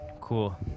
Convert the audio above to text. cool